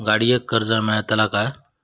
गाडयेक कर्ज मेलतला काय?